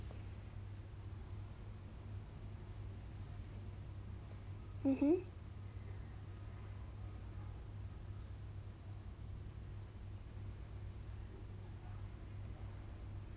mmhmm